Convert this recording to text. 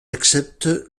accepte